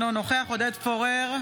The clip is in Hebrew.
אינו נוכח עודד פורר,